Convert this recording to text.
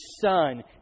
son